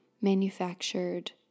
manufactured